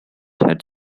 had